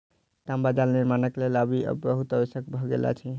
तांबा जाल निर्माणक लेल आबि बहुत आवश्यक भ गेल अछि